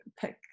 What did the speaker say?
pick